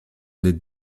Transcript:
des